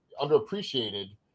underappreciated